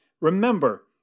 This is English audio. Remember